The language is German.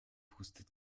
pustet